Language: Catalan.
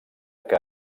que